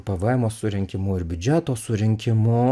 pvmo surinkimu ir biudžeto surinkimu